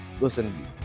listen